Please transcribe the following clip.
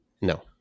no